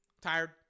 Tired